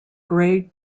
grey